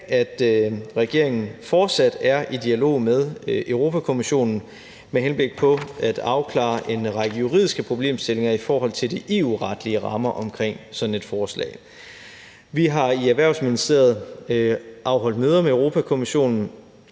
at regeringen fortsat er i dialog med Europa-Kommissionen med henblik på at afklare en række juridiske problemstillinger i forhold til de EU-retlige rammer omkring sådan et forslag. Vi har i Erhvervsministeriet afholdt møder med Europa-Kommissionen